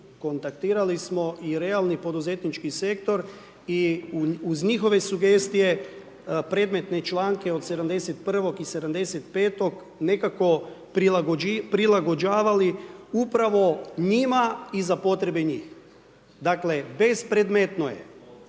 kontaktirali smo i realni poduzetnički sektor i uz njihove sugestije predmetne članke od 71. i 75. prilagođavali upravo njima i za potrebe njih. Dakle, bespredmetno je